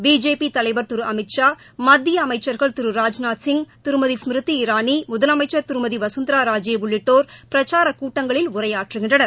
BJP தலைவா் திரு அமித்ஷா மத்திய அமைச்சா்கள் திரு ராஜ்நாத்சிங் திருமதி ஸ்மிருதி இரானி முதலமைச்ச் திருமதி வகந்தரா ராஜே உள்ளிட்டோர் பிரச்சாரக் கூட்டங்களில் உரையாற்றுகின்றனர்